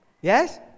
Yes